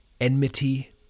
enmity